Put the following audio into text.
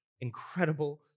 incredible